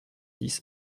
dix